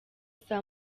saa